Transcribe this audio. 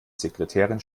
sekretärin